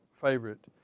favorite